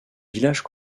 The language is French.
villages